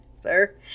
sir